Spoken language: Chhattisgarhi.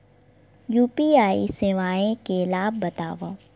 यू.पी.आई सेवाएं के लाभ बतावव?